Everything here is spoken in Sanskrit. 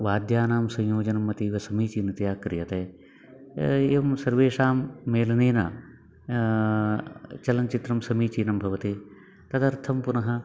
वाद्यानां संयोजनम् अतीव समीचीनतया क्रियते एवं सर्वेषां मेलनेन चलनचित्रं समीचीनं भवति तदर्थं पुनः